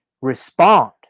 respond